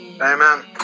Amen